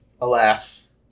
alas